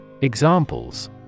Examples